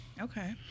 Okay